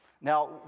Now